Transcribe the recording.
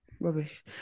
Rubbish